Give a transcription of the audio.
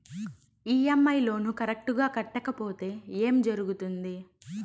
EMI loan correct గా కట్టకపోతే ఏం జరుగుతుంది